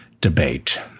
debate